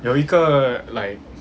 有一个 like